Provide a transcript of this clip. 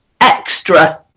extra